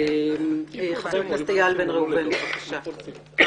חבר הכנסת איל בן ראובן, בבקשה.